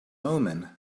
omen